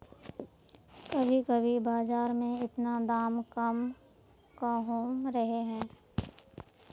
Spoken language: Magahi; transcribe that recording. कभी कभी बाजार में इतना दाम कम कहुम रहे है?